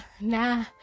nah